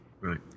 Right